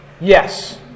Yes